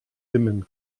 dimmen